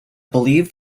believe